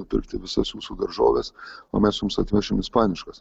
nupirkti visas jūsų daržoves o mes jums atvešim ispaniškas